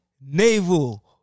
Naval